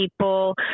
people